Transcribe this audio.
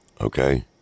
okay